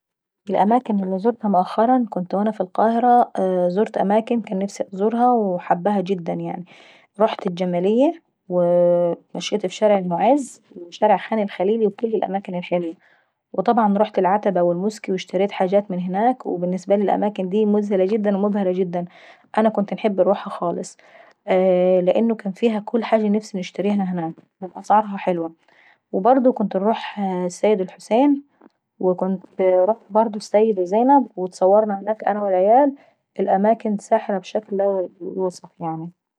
الأماكن اللي زورتها مؤخرا لما كنت في القاهرة زرت أماكن كنت حابة نزورها، وكانت أماكن جميلة جدا يعناي. رحت الجماليي ومشيت في شارع المعز وشارع خان الخليلي، وكل الأماكن الحلوة. وطبعا رحت العتبة والموسكي واشتريت حاجات من هناك، وبالنسبة لي الأماكن دي مذهلة جدا ومبهرة جدا. انا كنت انحب انروحها خالص، لأنه كان فيها كل حاجة كان نفسي نشتريها هناك واسعارها حلوة. وبرضه كنت انروح السيد الحسين والسيدة زينب واتصورنا هناك انا والعيال. الأماكن ساحرة بشكل ال يوصف يعناي.